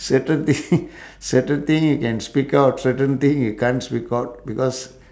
certain thi~ certain thing you can speak out certain thing you can't speak out because